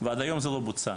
ועד היום זה לא בוצע,